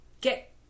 get